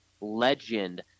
legend